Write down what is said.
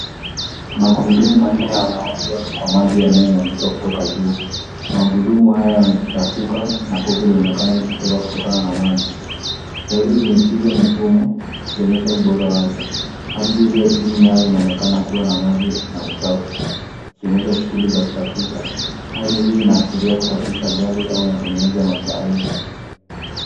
Magurudumu manne yanaoshwa kwa maji yanayomwagika kutoka juu. Magurudumu haya yamechafuka na povu linaonekana ikitoka kutokana na maji. Taili zimepiga mifumo ikionesha ubora wake. Ardhi iliyo chini yao inaonyesha ikiwa na maji na uchafu ikionyesha shughuli za kusafisha. Hali hii inaashiria kusafisha gari au matengenezo ya matairi.